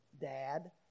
dad